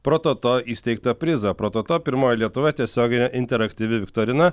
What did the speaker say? prototo įsteigtą prizą prototo pirmoji lietuvoj tiesioginė interaktyvi viktorina